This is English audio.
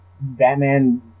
Batman